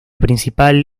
principal